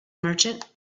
merchant